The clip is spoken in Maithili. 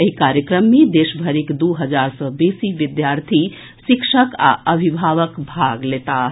एहि कार्यक्रम मे देशभरिक दू हजार सँ बेसी विद्यार्थी शिक्षक आ अभिभावक भाग लेताह